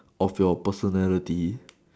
of your personality